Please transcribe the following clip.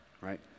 right